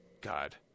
God